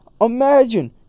Imagine